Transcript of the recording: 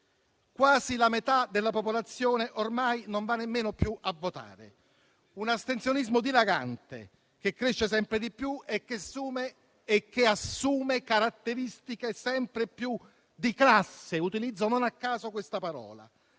Quasi la metà della popolazione ormai non va nemmeno più a votare. È un astensionismo dilagante, che cresce sempre di più e che assume caratteristiche sempre più di classe (utilizzo non a caso questa parola).